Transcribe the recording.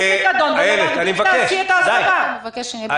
יוליה, אני מבקש.